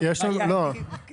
שם;